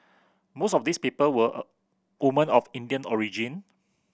most of these people were a women of Indian origin